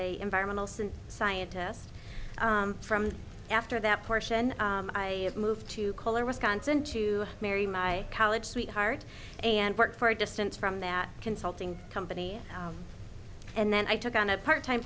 a environmental science scientist from after that portion i moved to color wisconsin to marry my college sweetheart and work for a distance from that consulting company and then i took on a part time